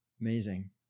Amazing